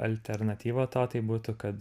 alternatyva to tai būtų kad